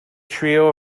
trio